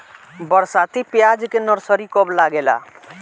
बरसाती प्याज के नर्सरी कब लागेला?